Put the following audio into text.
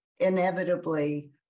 inevitably